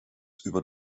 über